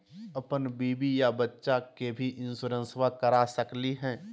अपन बीबी आ बच्चा के भी इंसोरेंसबा करा सकली हय?